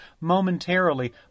momentarily